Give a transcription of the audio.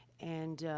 and, ah,